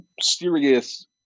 serious